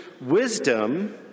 wisdom